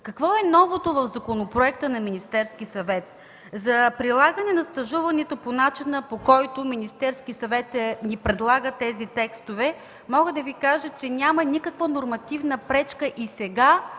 Какво е новото в законопроекта на Министерския съвет? За прилагането на стажуването по начина, по който Министерският съвет ни предлага с тези текстове, мога да Ви кажа, че няма никаква нормативна пречка и сега